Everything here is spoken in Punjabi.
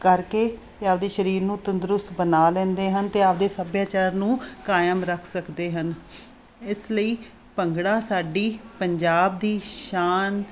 ਕਰਕੇ ਅਤੇ ਆਪਦੇ ਸਰੀਰ ਨੂੰ ਤੰਦਰੁਸਤ ਬਣਾ ਲੈਂਦੇ ਹਨ ਅਤੇ ਆਪਦੇ ਸੱਭਿਆਚਾਰ ਨੂੰ ਕਾਇਮ ਰੱਖ ਸਕਦੇ ਹਨ ਇਸ ਲਈ ਭੰਗੜਾ ਸਾਡੇ ਪੰਜਾਬ ਦੀ ਸ਼ਾਨ